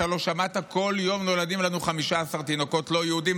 ואתה לא שמעת: כל יום נולדים לנו 15 תינוקות לא יהודים,